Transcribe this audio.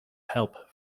help